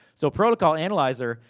so, protocol analyzer.